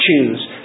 choose